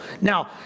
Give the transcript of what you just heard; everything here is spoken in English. Now